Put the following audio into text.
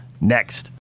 next